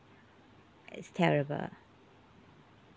it's terrible